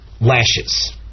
lashes